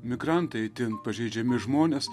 migrantai itin pažeidžiami žmonės